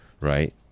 right